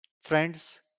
friends